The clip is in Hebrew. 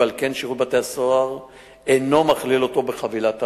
ועל כן שירות בתי-הסוהר אינו מכליל אותו בחבילת הערוצים.